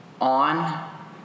on